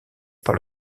par